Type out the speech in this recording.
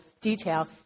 detail